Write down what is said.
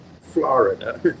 Florida